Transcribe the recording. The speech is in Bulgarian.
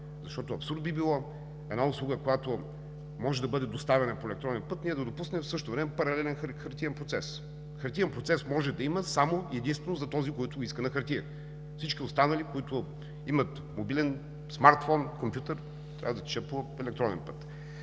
Защото абсурд би било за една услуга, която може да бъде доставена по електронен път, да допуснем в същото време паралелен хартиен процес. Хартиен процес може да има само и единствено за този, който го иска на хартия! За всички останали, които имат мобилен смартфон, компютър, трябва да тече по електронен път.